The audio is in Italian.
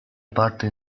parte